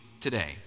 today